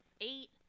Eight